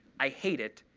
i hate it,